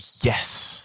Yes